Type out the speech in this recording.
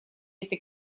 этой